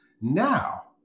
Now